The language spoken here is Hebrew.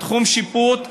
תחום שיפוט,